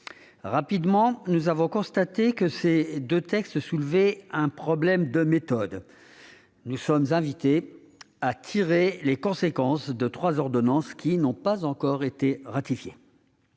Rapidement, nous avons constaté que ces deux textes soulevaient un problème de méthode : nous sommes en effet invités à tirer les conséquences de trois ordonnances qui n'ont pas encore été ratifiées.